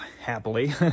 Happily